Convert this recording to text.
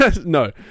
No